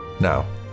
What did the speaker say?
Now